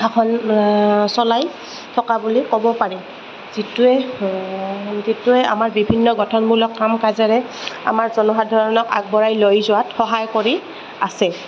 শাসন চলাই থকা বুলি ক'ব পাৰি যিটোৱে যিটোৱে আমাৰ বিভিন্ন গঠনমূলক কাম কাজেৰে আমাৰ জনসাধাৰণক আগবঢ়াই লৈ যোৱাত সহায় কৰি আছে